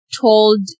told